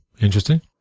Interesting